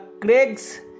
Craig's